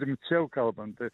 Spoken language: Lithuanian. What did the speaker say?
rimčiau kalbant tai